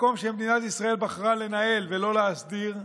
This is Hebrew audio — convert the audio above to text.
מקום שמדינת ישראל בחרה לנהל ולא להסדיר,